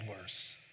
worse